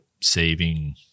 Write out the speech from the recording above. saving